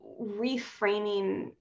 reframing